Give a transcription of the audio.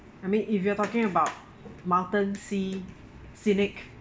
I mean if you're talking about mountains sea scenic